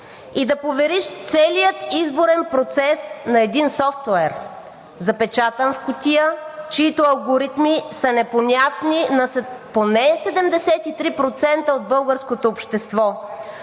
и да повериш целия изборен процес на един софтуер, запечатан в кутия, чиито алгоритми са непонятни на поне 73% от българското общество?